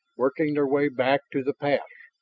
working their way back to the pass.